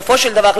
בסופו של דבר,